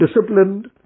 disciplined